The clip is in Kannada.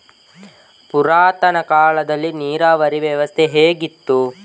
ಪುರಾತನ ಕಾಲದಲ್ಲಿ ನೀರಾವರಿ ವ್ಯವಸ್ಥೆ ಹೇಗಿತ್ತು?